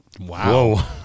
Wow